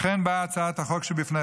לכן באה הצעת החוק שבפניכם,